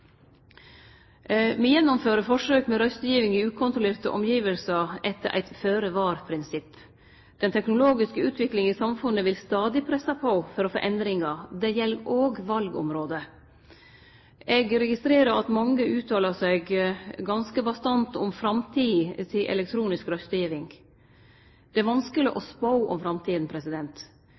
Me gjennomfører forsøk med røystegiving i ukontrollerte omgjevnader etter eit føre-var-prinsipp. Den teknologiske utviklinga i samfunnet vil stadig presse på for å få endringar. Det gjeld òg på valområdet. Eg registrerer at mange uttaler seg ganske bastant om framtida til elektronisk røystegiving. Det er vanskeleg å spå om framtida.